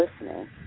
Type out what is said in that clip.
listening